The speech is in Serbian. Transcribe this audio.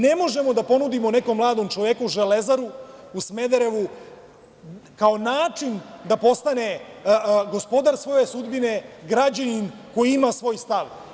Ne možemo da ponudimo nekom mladom čoveku „Železaru“ u Smederevu, kao način da postane gospodar svoje sudbine, građanin koji ima svoj stav.